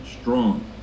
strong